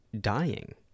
dying